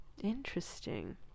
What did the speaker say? Interesting